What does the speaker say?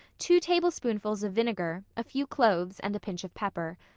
two tablespoonfuls of vinegar, a few cloves and a pinch of pepper.